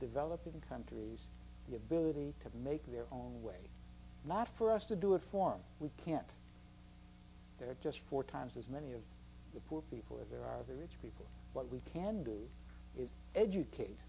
developing countries the ability to make their own way not for us to do it for me we can't they're just four times as many of the poor people are there are the rich people what we can do is educate